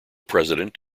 president